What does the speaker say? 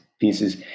pieces